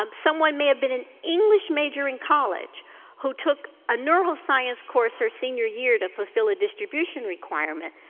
um someone may have been an english major in college who took a neuroscience course her senior year to fulfill a distribution requirement,